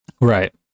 right